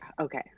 okay